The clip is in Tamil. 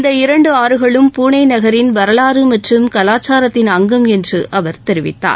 இந்த இரண்டு ஆறுகளும் பூனே நகரின் வரவாறு மற்றும் கலாச்சாரத்தின் அங்கம் என்று அவர் கூறினார்